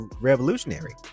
revolutionary